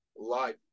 life